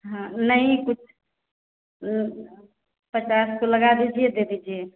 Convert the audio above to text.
हाँ नहीं कुछ पचास को लगा दीजिए दे दीजिए